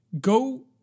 go